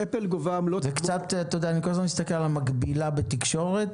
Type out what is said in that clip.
אני כול הזמן מסתכל על המקבילה בתקשורת